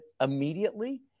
immediately